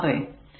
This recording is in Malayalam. ഇത് R a